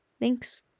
Thanks